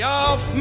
off